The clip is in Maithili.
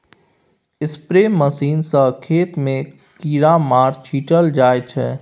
स्प्रे मशीन सँ खेत मे कीरामार छीटल जाइ छै